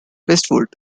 westward